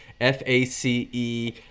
F-A-C-E